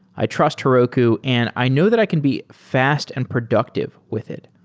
i trust heroku and i know that i can be fast and productive with it.